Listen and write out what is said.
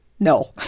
No